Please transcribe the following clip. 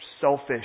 selfish